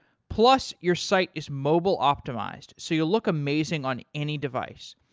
plus, your site is mobile optimized, so you'll look amazing on any device.